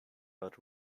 not